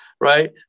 Right